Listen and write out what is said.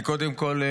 קודם כול,